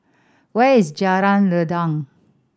where is Jalan Rendang